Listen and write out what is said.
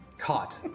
caught